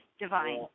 divine